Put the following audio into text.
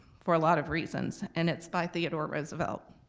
for a lot of reasons, and it's by theodore roosevelt.